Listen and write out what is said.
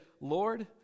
Lord